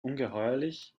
ungeheuerlich